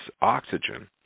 oxygen